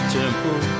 temple